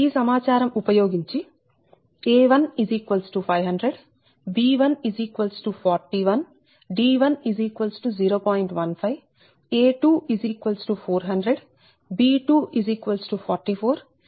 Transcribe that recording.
ఈ సమాచారం ఉపయోగించి a1 500 b1 41 d1 0